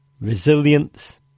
resilience